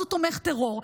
אז הוא תומך טרור.